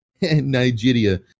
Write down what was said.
Nigeria